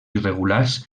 irregulars